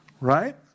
Right